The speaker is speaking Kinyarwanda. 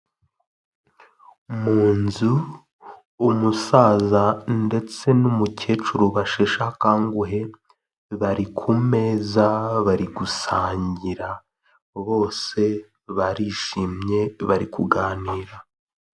Mu nzu umusaza ndetse n'umukecuru basheshakanguhe bari kumeza bari gusangira bose barishimye bari kuganira.